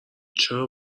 چرا